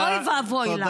אוי ואבוי לנו.